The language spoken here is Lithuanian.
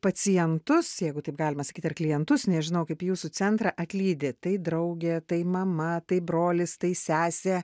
pacientus jeigu taip galima sakyt ar klientus nežinau kaip jūsų centrą atlydi tai draugė tai mama tai brolis tai sesė